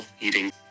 eating